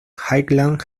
highland